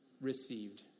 received